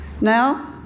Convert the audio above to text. Now